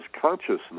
consciousness